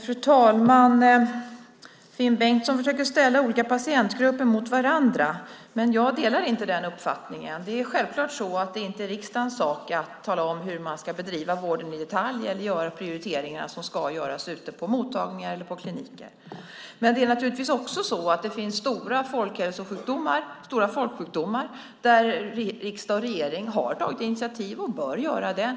Fru talman! Finn Bengtsson försöker ställa olika patientgrupper mot varandra, men jag delar inte hans uppfattning. Det är självklart inte riksdagens sak att tala om hur man ska bedriva vården i detalj eller göra de prioriteringar som ska göras ute på mottagningar eller på kliniker. Men det finns stora folksjukdomar där riksdag och regering har tagit initiativ och bör göra det.